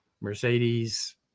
Mercedes